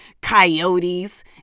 coyotes